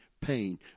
pain